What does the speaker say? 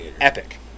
Epic